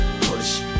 push